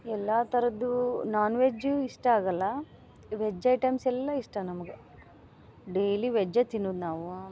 ಎಲ್ಲಾ ಥರದ್ದೂ non veg ಇಷ್ಟ ಆಗಲ್ಲ ವೆಜ್ ಐಟಮ್ಸ್ ಎಲ್ಲ ಇಷ್ಟ ನಮಗೆ ಡೇಲಿ ವೆಜ್ಜೇ ತಿನ್ನುದ ನಾವು